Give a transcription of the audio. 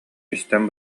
истэн